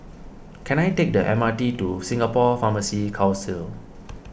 can I take the M R T to Singapore Pharmacy Council